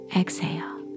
exhale